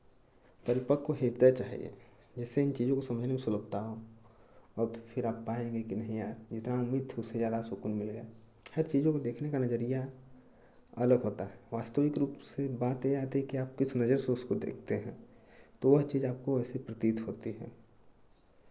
परिपक्व हृदय चाहिए जिससे इन चीज़ों को समझने में सुलभता हो अब फिर आप पाएंगे कि नहीं यार जितना उम्मीद थी उससे कहीं ज़्यादा सुकून मिल गया हर चीज़ों का देखने का नज़रिया अलग होता है वास्तविक रूप से बाते आती हैं कि आप किस नज़र से उसको देखते हैं तो वह चीज़ आपको वैसी प्रतीत होती हैं